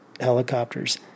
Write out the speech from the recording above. helicopters